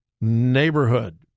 neighborhood